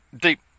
deep